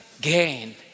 gain